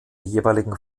jeweiligen